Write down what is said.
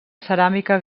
ceràmica